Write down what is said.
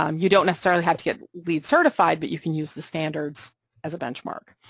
um you don't necessarily have to get leed certified, but you can use the standards as a benchmark.